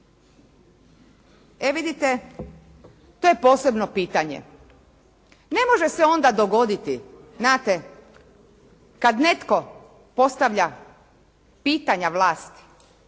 E vidite, to je posebno pitanje. Ne može se onda dogoditi, znate kad netko postavlja pitanja vlasti,